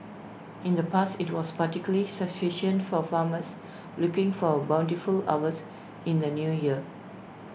in the past IT was particularly situation for farmers looking for A bountiful harvest in the New Year